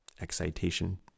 excitation